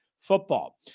football